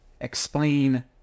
explain